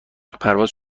پرواز